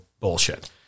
Bullshit